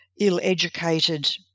ill-educated